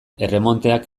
erremonteak